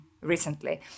recently